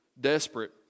desperate